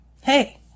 hey